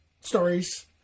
stories